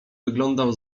wyglądał